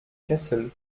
kessel